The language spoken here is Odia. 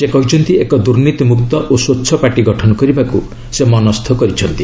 ସେ କହିଛନ୍ତି ଏକ ଦୁର୍ନୀତିମୁକ୍ତ ଓ ସ୍ୱଚ୍ଚ ପାର୍ଟି ଗଠନ କରିବାକୁ ସେ ମନସ୍ଥ କରିଛନ୍ତି